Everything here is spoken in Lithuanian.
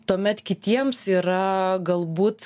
tuomet kitiems yra galbūt